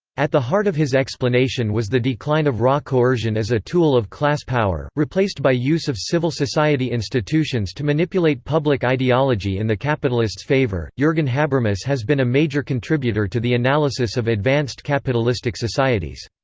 at the heart of his explanation was the decline of raw coercion as a tool of class power, replaced by use of civil society institutions to manipulate public ideology in the capitalists' favour jurgen habermas has been a major contributor to the analysis of advanced-capitalistic societies.